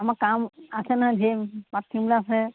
আমাৰ কাম আছে নহয় ধেই পাত ছিঙিবলৈ আছে